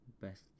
best